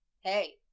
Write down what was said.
Hey